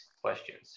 questions